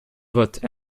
vote